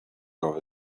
over